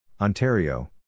Ontario